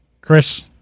Chris